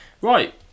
Right